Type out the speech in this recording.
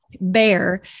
bear